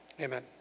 Amen